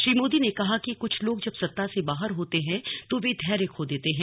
श्री मोदी ने कहा कि कुछ लोग जब सत्ता से बाहर होते हैं तो वे धैर्य खो देते हैं